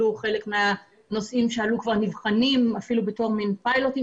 חלק מהנושאים שעלו כבר נבחנים כמעין פיילוטים